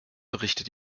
berichtet